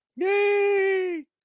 Yay